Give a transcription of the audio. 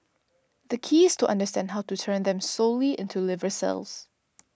the key is to understand how to turn them solely into liver cells